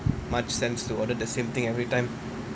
much sense to order the same thing every time